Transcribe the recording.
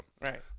Right